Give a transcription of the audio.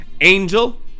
angel